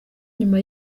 nyuma